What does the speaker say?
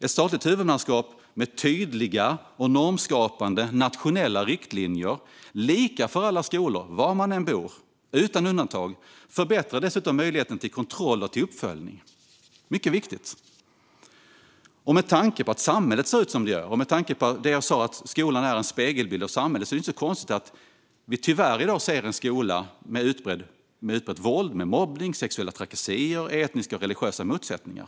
Ett statligt huvudmannaskap med tydliga och normskapande nationella riktlinjer, lika för alla skolor, var man än bor och utan undantag, förbättrar dessutom möjligheten till kontroll och uppföljning. Mycket viktigt! Med tanke på att samhället ser ut som det gör och på det jag sa om att skolan är en spegelbild av samhället är det inte så konstigt att vi i dag tyvärr ser en skola med utbrett våld, mobbning, sexuella trakasserier och etniska och religiösa motsättningar.